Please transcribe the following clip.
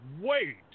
wait